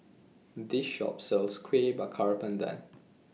This Shop sells Kueh Bakar Pandan